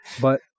but-